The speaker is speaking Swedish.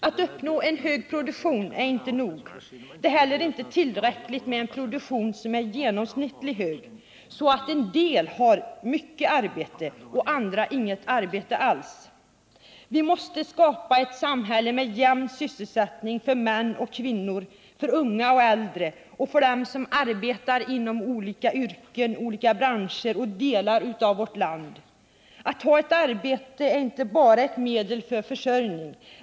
Att uppnå en hög produktion är inte nog. Det är heller inte tillräckligt med en produktion som är hög genomsnittligt, så att en del har mycket arbete och andra inget arbete alls. Vi måste skapa ett samhälle med jämn sysselsättning för män och kvinnor, för unga och äldre och för dem som arbetar i olika yrken, branscher och delar av vårt land. Att ha ett arbete är inte bara ett medel för försörjning.